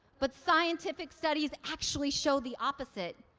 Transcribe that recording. but scientific studies actually show the opposite.